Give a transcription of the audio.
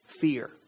fear